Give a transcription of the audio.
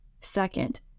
Second